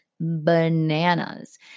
bananas